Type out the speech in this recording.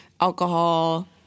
alcohol